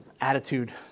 attitude